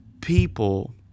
people